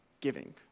giving